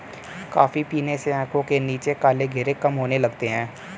coffee पीने से आंखों के नीचे काले घेरे कम होने लगते हैं